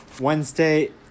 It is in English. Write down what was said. Wednesday